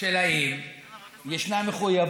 השאלה היא אם יש מחויבות